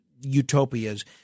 utopias –